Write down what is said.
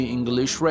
English